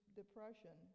depression